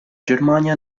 germania